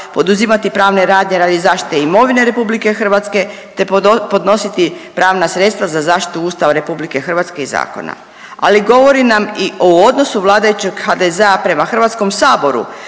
poduzimati pravne radnje radi zaštite imovine RH te podnositi pravna sredstva za zaštitu Ustava RH i zakona. Ali govori nam i o odnosu vladajućeg HDZ-a prema Hrvatskom saboru